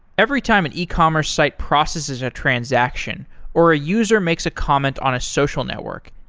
every time an ecommerce site processes a transaction or a user makes a comment on a social network,